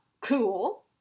cool